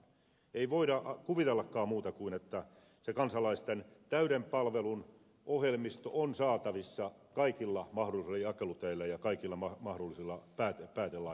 ei voida kuvitellakaan muuta kuin että se kansalaisten täyden palvelun ohjelmisto on saatavissa kaikilla mahdollisilla jakeluteillä ja kaikilla mahdollisilla päätelaitteilla